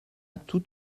tout